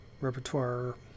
repertoire